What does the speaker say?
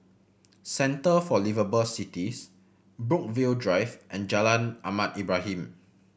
Centre for Liveable Cities Brookvale Drive and Jalan Ahmad Ibrahim